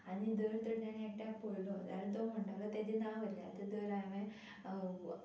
आनी धर तर तेणें एकट्याक पळयलो जाल्यार तो म्हणटा तो तेजें नांव घेतलें आतां धर हांवें